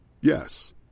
Yes